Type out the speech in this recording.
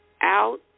out